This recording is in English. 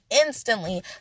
instantly